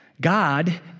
God